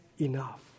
enough